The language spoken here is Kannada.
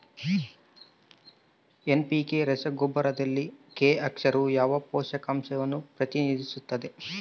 ಎನ್.ಪಿ.ಕೆ ರಸಗೊಬ್ಬರದಲ್ಲಿ ಕೆ ಅಕ್ಷರವು ಯಾವ ಪೋಷಕಾಂಶವನ್ನು ಪ್ರತಿನಿಧಿಸುತ್ತದೆ?